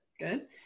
good